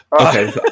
Okay